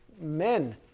men